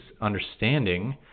understanding